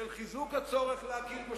של חיזוק הצורך להקים,